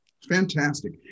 fantastic